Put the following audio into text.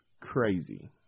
crazy